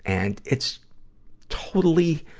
and it's totally